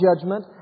judgment